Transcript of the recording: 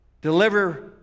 Deliver